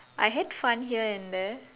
I had fun here and there